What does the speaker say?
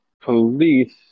police